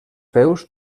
peus